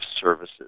services